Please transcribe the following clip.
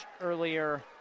earlier